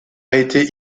été